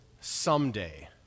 someday